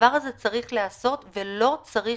הדבר הזה צריך להיעשות והוא לא צריך